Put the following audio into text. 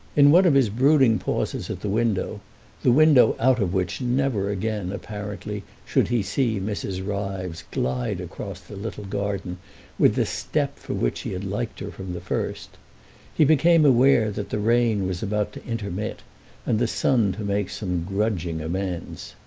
in one of his brooding pauses at the window the window out of which never again apparently should he see mrs. ryves glide across the little garden with the step for which he had liked her from the first he became aware that the rain was about to intermit and the sun to make some grudging amends.